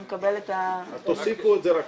אני מקבלת את --- תוסיפו את זה רק